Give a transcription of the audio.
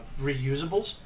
reusables